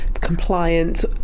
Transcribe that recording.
compliant